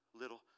little